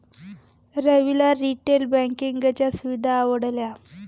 रविला रिटेल बँकिंगच्या सुविधा आवडल्या